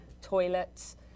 toilets